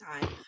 time